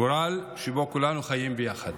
גורל שבו כולנו חיים ביחד